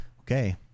okay